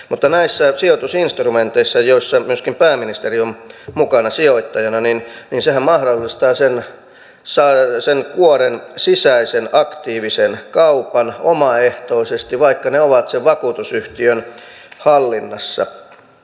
mutta näissä sijoitusinstrumenteissa joissa myöskin pääministeri on mukana sijoittajana sehän mahdollistaa sen kuoren sisäisen aktiivisen kaupan omaehtoisesti vaikka ne ovat sen vakuutusyhtiön hallinnassa